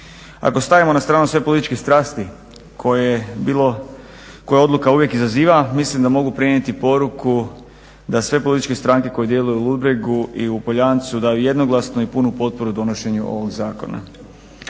Ako stavimo na stranu sve političke strasti koje bilo, koje odluka uvijek izaziva mislim da mogu prenijeti poruku da sve političke stranke koje djeluju u Ludbregu i u Poljancu daju jednoglasnu i punu potporu donošenju ovog zakona.